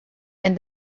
and